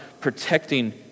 protecting